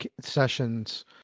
sessions